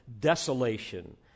desolation